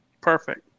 Perfect